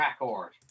record